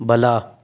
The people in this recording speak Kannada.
ಬಲ